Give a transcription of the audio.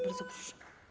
Bardzo proszę.